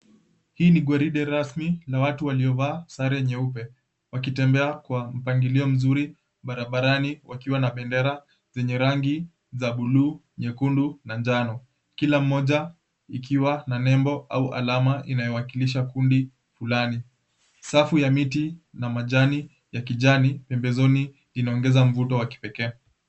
Hii ni gwaride rasmi, la watu waliovaa sare nyeupe. Wakitembea kwa mpangilio mzuri barabarani, wakiwa na bendera zenye rangi za buluu, nyekundu, na njano. Kila mmoja ikiwa na nembo au alama inayowakilisha kundi fulani. Safu ya miti na majani ya kijani pembezoni, inaongeza mvuto wa kipekee.